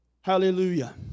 Hallelujah